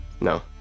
No